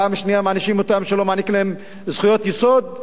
פעם שנייה מענישים אותם שלא מעניקים להם זכויות יסוד,